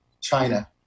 China